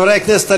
(הישיבה נפסקה בשעה 11:03 ונתחדשה בשעה 11:05.) חברי הכנסת,